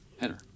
Header